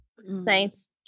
nice